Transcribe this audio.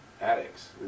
addicts